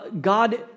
God